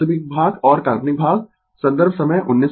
वास्तविक भाग और काल्पनिक भाग संदर्भ समय 1935